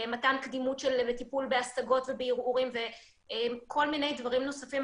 מתן קדימות לטיפול בהשגות ובערעורים ובכל מיני דברים נוספים,